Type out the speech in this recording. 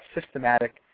systematic